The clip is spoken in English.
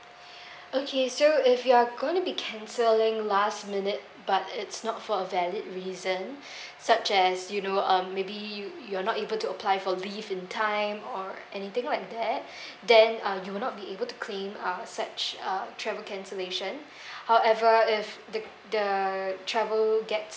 okay so if you're gonna be cancelling last minute but it's not for a valid reason such as you know uh maybe you you're not able to apply for leave in time or anything like that then uh you will not be able to claim uh such uh travel cancellation however if the the travel gets